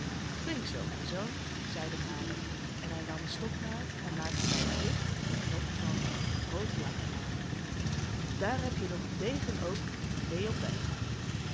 flink zoo mijn zoon zei de vader en hij nam een stopnaald en maakte bij het licht een knop van rood lak er aan daar heb je nog een degen ook meê op weg